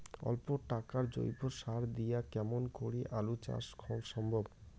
অল্প টাকার জৈব সার দিয়া কেমন করি আলু চাষ সম্ভব?